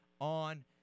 on